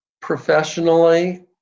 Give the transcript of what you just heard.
Professionally